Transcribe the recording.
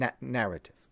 narrative